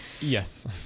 yes